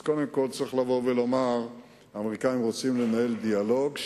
אז קודם כול צריך לבוא ולומר: האמריקנים רוצים לנהל דיאלוג,